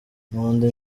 nkunda